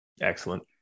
excellent